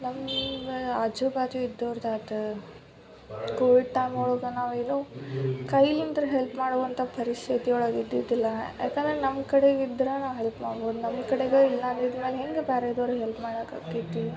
ನಮ್ಮ ಆಜು ಬಾಜು ಇದ್ದವರ್ದಾತು ಕೋವಿಡ್ ಟೈಮ್ ಒಳ್ಗೆ ನಾವು ಇರೋ ಕೈಲಿಂದ್ರೆ ಹೆಲ್ಪ್ ಮಾಡುವಂಥ ಪರಿಸ್ಥಿತಿ ಒಳಗೆ ಇದ್ದಿದಿಲ್ಲ ಯಾಕಂದ್ರೆ ನಮ್ಮ ಕಡೆಗೆ ಇದ್ರೆ ನಾವು ಹೆಲ್ಪ್ ಮಾಡ್ಬೌದು ನಮ್ಮ ಕಡೆಗೆ ಇಲ್ಲಂದಿದ್ರೆ ನಾನು ಹೆಂಗೆ ಬ್ಯಾರೆದವರ್ಗೆ ಹೆಲ್ಪ್ ಮಾಡಕ್ಕಾಕ್ಕೈತಿ